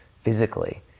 physically